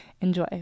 enjoy